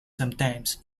sometimes